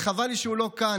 וחבל לי שהוא לא כאן,